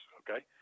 okay